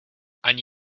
ani